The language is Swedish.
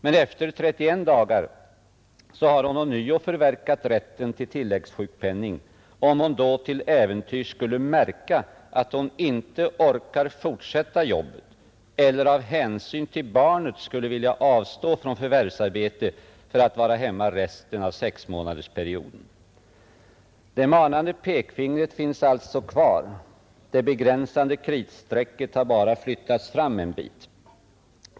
Men efter 31 dagar har hon ändå förverkat rätten till tilläggssjukpenning, om hon till äventyrs skulle märka att hon inte orkar fortsätta jobbet eller av hänsyn till barnet skulle vilja avstå från förvärvsarbete för att vara hemma resten av 6-månadersperioden. Det manande pekfingret finns alltså kvar, det begränsande kritstrecket har bara flyttats fram en bit.